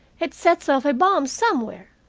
it sets off a bomb somewhere?